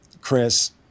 Chris